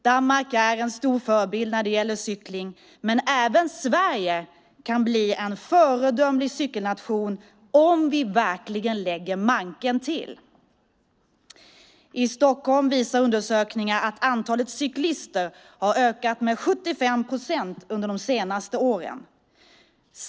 Danmark är en stor förebild när det gäller cykling, men även Sverige kan bli en föredömlig cykelnation om vi verkligen lägger manken till. I Stockholm visar undersökningar att antalet cyklister har ökat med 75 procent under de senaste åren.